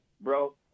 bro